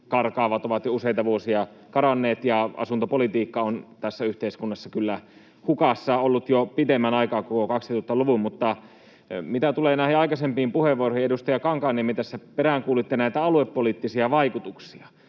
karkaavat, ovat jo useita vuosia karanneet, ja asuntopolitiikka on tässä yhteiskunnassa ollut kyllä hukassa jo pidemmän aikaa, koko 2000-luvun. Mutta mitä tulee näihin aikaisempiin puheenvuoroihin, niin edustaja Kankaanniemi tässä peräänkuulutti näitä aluepoliittisia vaikutuksia.